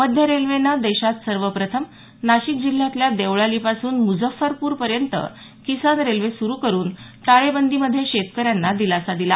मध्य रेल्वेने देशात सर्वप्रथम नाशिक जिल्ह्यातल्या देवळाली पासून मुझफ्फरपूर पर्यंत किसान रेल्वे सुरू करून टाळेबंदीमध्ये शेतकऱ्यांना दिलासा दिला